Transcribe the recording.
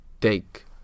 take